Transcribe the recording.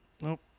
No